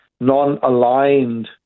non-aligned